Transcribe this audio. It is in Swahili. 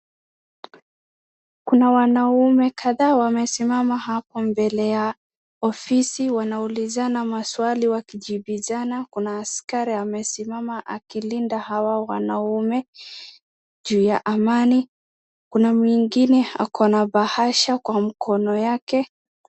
Kuna wanaume kadhaa wamesimama hapa mbele ya ofisi wanaulizana maswali wakijibizana, kuna askari amesimama akilinda hawa wanaume juu ya amani. Kuna mwingine akona bahasha kwa mkono yake.